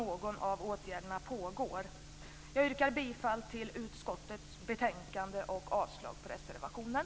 Jag yrkar bifall till utskottets hemställan och avslag på reservationen.